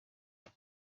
the